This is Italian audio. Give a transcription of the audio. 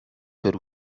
per